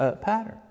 pattern